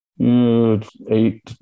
eight